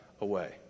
away